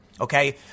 Okay